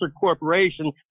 corporation